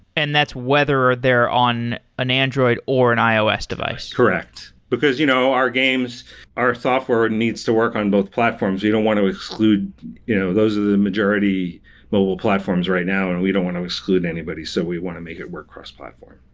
and that's whether they're on an android or an ios device. correct. because you know our games our software needs to work on both platforms. you don't want to exclude you know those are the majority but platforms right now and we don't want to exclude anybody. so, we want to make it work cross-platform.